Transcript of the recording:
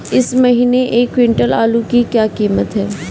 इस महीने एक क्विंटल आलू की क्या कीमत है?